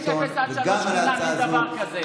יש אפס עד שלוש חינם, אין דבר כזה.